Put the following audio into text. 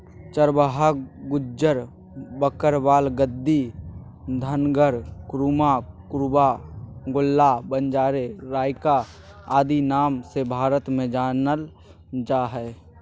चरवाहा गुज्जर, बकरवाल, गद्दी, धंगर, कुरुमा, कुरुबा, गोल्ला, बंजारे, राइका आदि नाम से भारत में जानल जा हइ